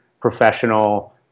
professional